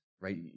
right